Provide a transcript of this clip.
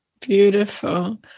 beautiful